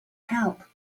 help